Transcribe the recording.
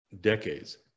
decades